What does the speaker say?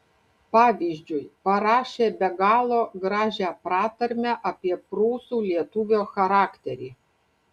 pavyzdžiui parašė be galo gražią pratarmę apie prūsų lietuvio charakterį